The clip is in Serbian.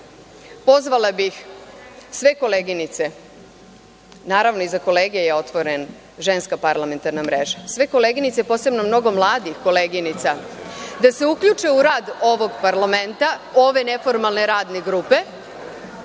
pozvala bih sve koleginice, naravno, i za kolege je otvorena Ženska parlamentarna mreža, sve koleginice, posebno mnogo mladih koleginica da se uključe u rad ovog parlamenta, ove neformalne radne grupe,